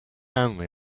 only